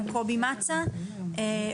נמצא איתנו קובי מצא, בבקשה.